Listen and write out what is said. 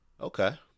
Okay